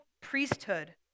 priesthood